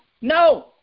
No